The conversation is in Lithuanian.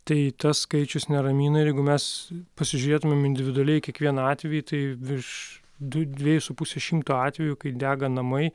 tai tas skaičius neramina ir jeigu mes pasižiūrėtumėm individualiai kiekvienu atveju tai virš du dviejų su puse šimto atvejų kai dega namai